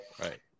Right